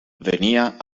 venia